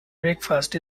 breakfast